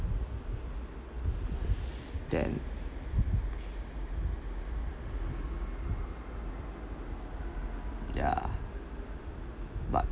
then yeah but